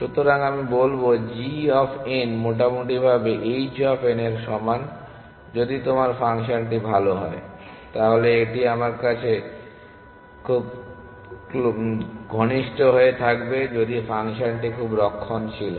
সুতরাং আমি বলব g অফ n মোটামুটিভাবে h অফ n এর সমান যদি তোমার ফাংশনটি ভাল হয় তাহলে এটি আমার কাছাকছি থাকবে যদি ফাংশনটি খুব রক্ষণশীল হয়